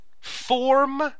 Form